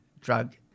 drug